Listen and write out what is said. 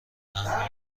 اهمیت